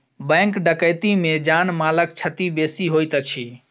bank डकैती मे जान मालक क्षति बेसी होइत अछि